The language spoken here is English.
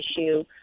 issue